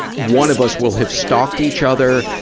one of us will have stalked each other,